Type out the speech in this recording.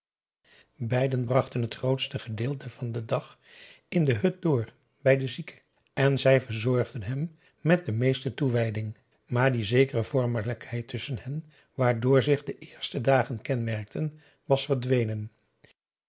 beiden brachten het grootste gedeelte van den dag in de hut door bij den zieke en zij verzorgden hem met de meeste toewijding maar die zekere vormelijkheid tusschen hen waardoor zich de eerste dagen kenmerkten was verdwenen